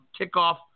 kickoff